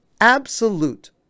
absolute